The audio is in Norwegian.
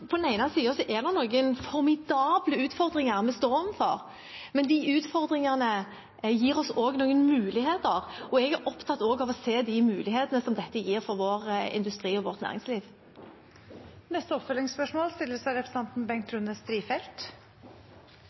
på den ene siden er det noen formidable utfordringer vi står overfor, men de utfordringene gir oss også noen muligheter. Jeg er opptatt av også å se de mulighetene som dette gir vår industri og vårt næringsliv. Det blir oppfølgingsspørsmål – først Bengt Rune Strifeldt.